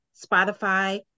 Spotify